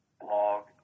blog